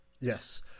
Yes